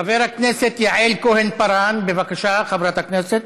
חברת הכנסת יעל כהן-פארן, בבקשה, שלוש דקות.